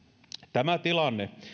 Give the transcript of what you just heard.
tämä tilanne